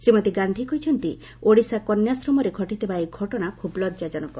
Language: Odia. ଶ୍ରୀମତୀ ଗାନ୍ଧୀ କହିଛନ୍ତି ଓଡିଶା କନ୍ୟାଶ୍ରମରେ ଘଟିଥିବା ଏହି ଘଟଣା ଖୁବ୍ ଲଜାଜନକ